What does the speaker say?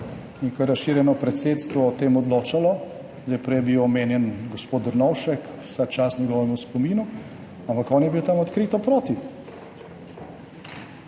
Ko je razširjeno predsedstvo o tem odločalo, prej je bil omenjen gospod Drnovšek, vsa čast njegovemu spominu, ampak on je bil tam odkrito proti,